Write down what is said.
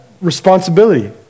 responsibility